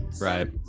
right